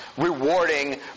rewarding